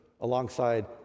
alongside